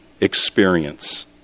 experience